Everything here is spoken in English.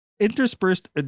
Interspersed